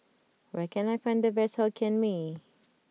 where can I find the best Hokkien Mee